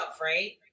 right